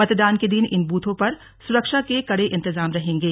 मतदान के दिन इन बूथों पर सुरक्षा के कड़े इंतजाम रहेंगे